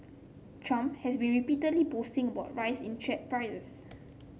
trump has been repeatedly boasting about rise in share prices